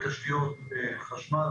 הסדרת תשתיות חשמל,